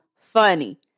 funny